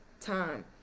time